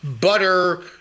butter